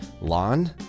lawn